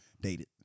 Dated